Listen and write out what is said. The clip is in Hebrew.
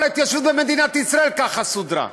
כל ההתיישבות במדינת ישראל סודרה ככה,